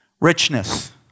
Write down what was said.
richness